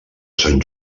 sant